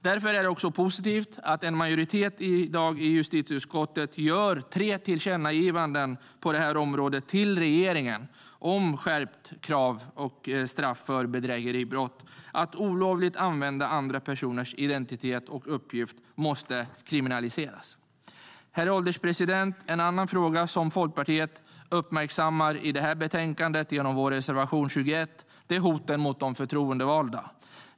Därför är det positivt att en majoritet i justitieutskottet i dag vill att riksdagen ska göra tre tillkännagivanden till regeringen om skärpta krav och straff för bedrägeribrott. Att olovligt använda andra personers identitet och uppgifter måste kriminaliseras. Herr ålderspresident! En annan fråga som Folkpartiet har uppmärksammat i det här betänkandet, genom vår reservation 21, är hoten mot de förtroendevalda.